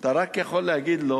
אתה רק יכול להגיד לו: